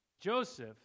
Joseph